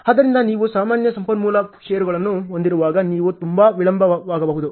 ಆದ್ದರಿಂದ ನೀವು ಸಾಮಾನ್ಯ ಸಂಪನ್ಮೂಲ ಷೇರುಗಳನ್ನು ಹೊಂದಿರುವಾಗ ನೀವು ತುಂಬಾ ವಿಳಂಬವಾಗಬಹುದು